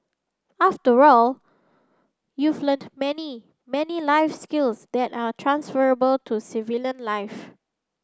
after all you've learnt many many life skills that are transferable to civilian life